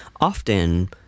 often